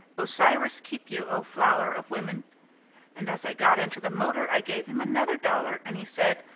osiris keep you, o flower of women and as i got into the motor i gave him another dollar and he said,